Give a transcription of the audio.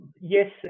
Yes